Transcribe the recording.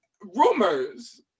rumors